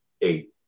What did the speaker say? eight